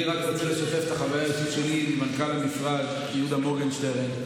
אני רק רוצה לשתף את החוויה האישית שלי ממנכ"ל המשרד יהודה מורגנשטרן,